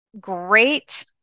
great